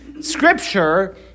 Scripture